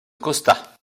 costa